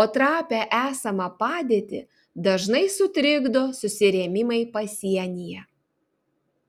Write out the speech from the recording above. o trapią esamą padėtį dažnai sutrikdo susirėmimai pasienyje